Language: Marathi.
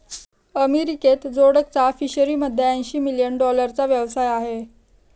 अमेरिकेत जोडकचा फिशरीमध्ये ऐंशी मिलियन डॉलरचा व्यवसाय आहे